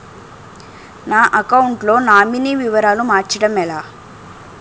నా అకౌంట్ లో నామినీ వివరాలు మార్చటం ఎలా?